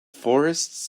forest